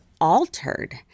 altered